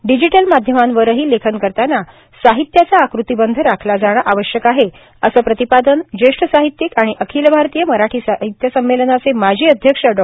digital माध्यमांवरही लेखन करताना साहित्याचा आकृतिबंध राखला जाणे आवश्यक आहे असं प्रतिपादन ज्येष्ठ साहित्यिक आणि अखिल भारतीय मराठी साहित्य संमेलनाचे माजी अध्यक्ष डॉ